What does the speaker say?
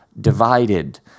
divided